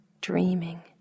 dreaming